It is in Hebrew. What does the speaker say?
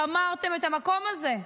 גמרתם את המקום הזה.